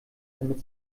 damit